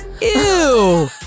ew